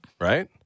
right